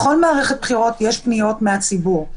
בכל מערכת בחירות יש פניות מהציבור,